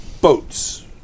boats